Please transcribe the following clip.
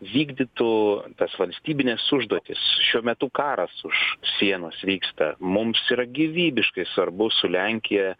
vykdytų tas valstybines užduotis šiuo metu karas už sienos vyksta mums yra gyvybiškai svarbu su lenkija